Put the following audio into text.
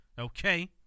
okay